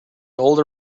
older